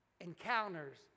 encounters